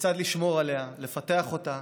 כיצד לשמור עליה, לפתח אותה